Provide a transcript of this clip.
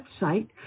website